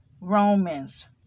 romans